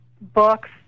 books